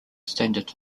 standard